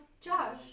Josh